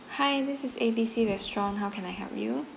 hi this is A B C restaurant how can I help you